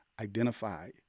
Identify